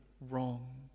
wrong